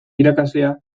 irakaslea